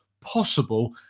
possible